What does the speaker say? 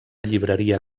llibreria